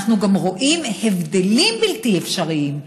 אנחנו גם רואים הבדלים בלתי אפשריים: